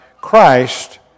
Christ